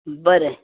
बरें